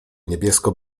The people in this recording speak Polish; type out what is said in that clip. niebiesko